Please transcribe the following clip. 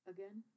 Again